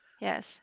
Yes